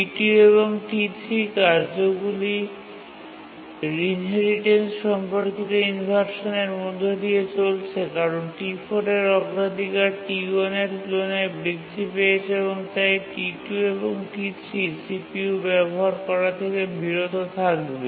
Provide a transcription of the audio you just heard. T2 এবং T3 কার্যগুলি inheritance সম্পর্কিত ইনভারসানের মধ্য দিয়ে চলেছে কারণ T4 এর অগ্রাধিকার T1 এর তুলনায় বৃদ্ধি পেয়েছে এবং তাই T2 এবং T3 CPU ব্যবহার করা থেকে বিরত থাকবে